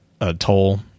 Atoll